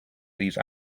these